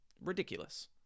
ridiculous